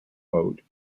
joined